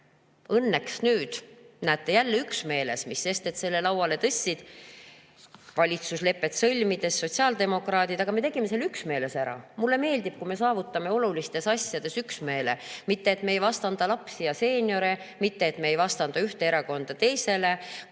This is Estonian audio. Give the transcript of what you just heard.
Õnneks nüüd, näete, jälle üksmeeles – mis sest, et selle lauale tõstsid valitsuslepet sõlmides sotsiaaldemokraadid – me tegime selle ära. Mulle meeldib, kui me saavutame olulistes asjades üksmeele. Mitte et me ei vastanda lapsi ja seeniore, mitte et me ei vastanda ühte erakonda teisele,